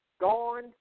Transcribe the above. Gone